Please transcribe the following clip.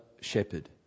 shepherd